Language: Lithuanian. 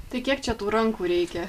tai kiek čia tų rankų reikia